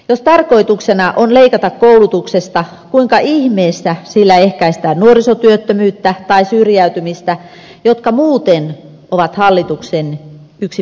jos tarkoituksena on leikata koulutuksesta kuinka ihmeessä sillä ehkäistään nuorisotyöttömyyttä tai syrjäytymistä mikä muuten on yksi hallituksen päätavoitteista